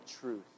truth